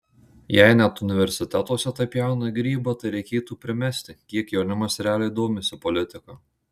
jei net universitetuose taip pjauna grybą tai reikėtų primesti kiek jaunimas realiai domisi politika